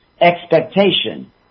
expectation